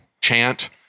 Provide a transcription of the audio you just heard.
chant